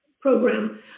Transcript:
program